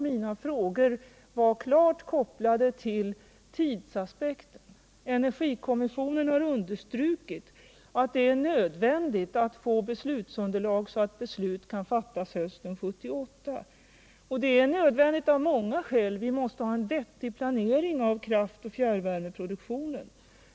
Mina frågor var klart kopplade till tidsaspekten. Energikommissionen har understrukit att det är nödvändigt att få fram beslutsunderlaget i sådan tid att beslut kan fattas hösten 1978. Det är nödvändigt av många skäl. Vi måste ha en vettig planering av kraftoch fjärrvärmeproduktionen.